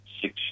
six